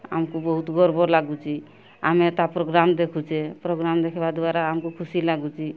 ଆମକୁ ବହୁତ ଗର୍ବ ଲାଗୁଛି ଆମେ ତା' ପ୍ରୋଗ୍ରାମ୍ ଦେଖୁଛେ ପ୍ରୋଗ୍ରାମ୍ ଦେଖିବା ଦ୍ଵାରା ଆମକୁ ଖୁସି ଲାଗୁଛି